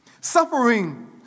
Suffering